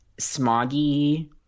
smoggy